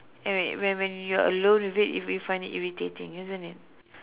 and wait when when you're alone with it if you find it irritating isn't it